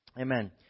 Amen